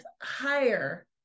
higher